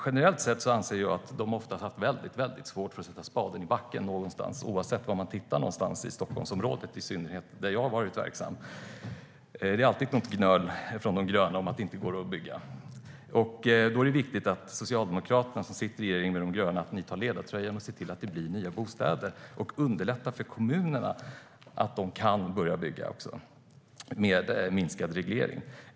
Generellt sett anser jag att de ofta haft väldigt svårt för att sätta spaden i backen, oavsett var man tittar, men i synnerhet i Stockholmsområdet, där jag varit verksam. Det är alltid något gnöl från de gröna om att det inte går att bygga. Då är det viktigt att Socialdemokraterna, som sitter i regering med de gröna, tar ledartröjan, ser till att det blir nya bostäder och underlättar för kommunerna, så att de kan börja bygga med minskad reglering.